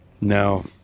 No